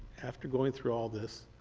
after going through all of this,